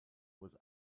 was